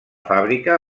fàbrica